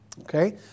Okay